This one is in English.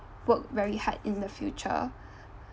work very hard in the future